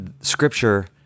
scripture